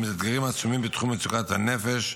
אתגרים עצומים בתחום מצוקות בריאות הנפש,